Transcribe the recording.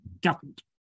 government